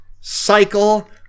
cycle